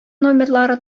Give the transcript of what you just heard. номерлары